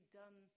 done